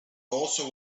also